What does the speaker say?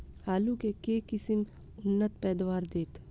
आलु केँ के किसिम उन्नत पैदावार देत?